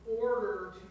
order